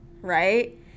right